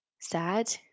sad